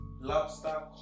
lobster